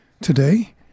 today